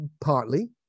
partly